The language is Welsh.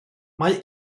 mae